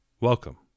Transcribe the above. Welcome